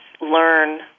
learn